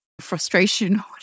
frustration